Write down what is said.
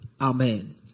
Amen